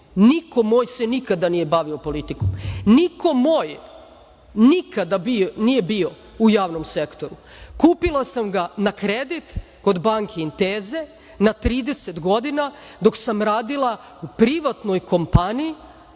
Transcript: niko moj se nikada nije bavio politiko. Niko moj nikada nije bio u javnom sektoru. Kupila sam ga na kredit, kod banke Inteze, na 30 godina dok sam radila u privatnoj kompaniji,